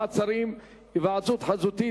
מעצרים) (היוועדות חזותית,